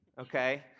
okay